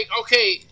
okay